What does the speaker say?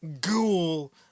ghoul